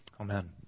Amen